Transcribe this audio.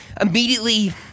immediately